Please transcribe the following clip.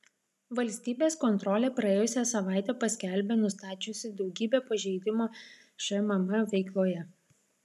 valstybės kontrolė praėjusią savaitę paskelbė nustačiusi daugybę pažeidimų šmm veikloje